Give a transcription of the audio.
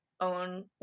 own